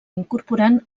incorporant